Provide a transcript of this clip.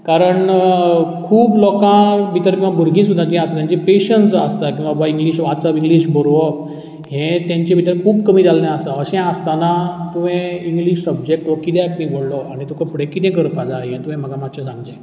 कारण खूब लोकां भितर किंवां भुरगीं सुद्दां जीं आसता तेचे पॅशन्स जो आसता की बाबा इंग्लीश वाचप इंग्लीश बरोवप हें तेंचे भितर खूब कमी जाल्लें आसा अशें आसताना तुवें इंग्लीश सब्जेक्ट हो कित्याक निवडलो आनी तुका फुडें कितें करपा जाय हें तुवें म्हाका मातशें सांगचें